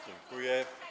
Dziękuję.